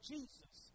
Jesus